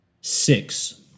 Six